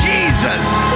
Jesus